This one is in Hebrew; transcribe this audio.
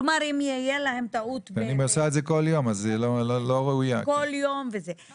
כלומר אם יהיה להם טעות כל יום --- אבל